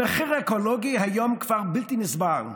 המחיר האקולוגי כבר היום בלתי נסבל,